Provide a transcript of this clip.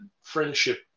friendship